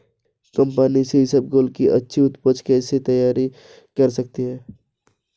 कम पानी से इसबगोल की अच्छी ऊपज कैसे तैयार कर सकते हैं?